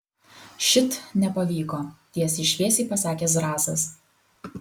šit nepavyko tiesiai šviesiai pasakė zrazas